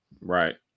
Right